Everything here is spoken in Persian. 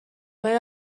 کنید